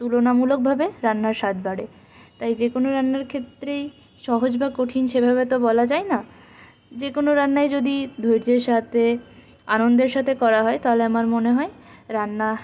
তুলনামূলকভাবে রান্নার স্বাদ বাড়ে তাই যেকোনো রান্নার ক্ষেত্রেই সহজ বা কঠিন সেভাবে তো বলা যায় না যেকোনো রান্নাই যদি ধৈর্যের সাথে আনন্দের সাথে করা হয় তাহলে আমার মনে হয় রান্না